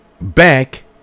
back